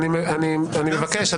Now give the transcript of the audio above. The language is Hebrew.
אני מבקש,